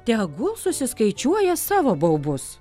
tegu susiskaičiuoja savo baubus